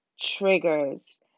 triggers